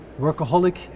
workaholic